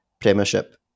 premiership